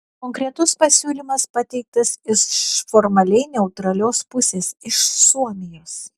konkretus pasiūlymas pateiktas iš formaliai neutralios pusės iš suomijos